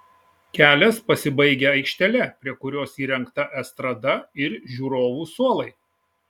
kelias pasibaigia aikštele prie kurios įrengta estrada ir žiūrovų suolai